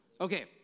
Okay